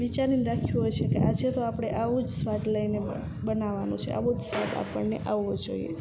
વિચારીને રાખ્યું હોય છે કે આજે તો આપણે આવું જ સ્વાદ લઈને બનાવાનું છે આવું જ સ્વાદ આપણને આવવો જોઈએ